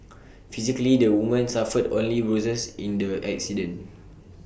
physically the woman suffered only bruises in the accident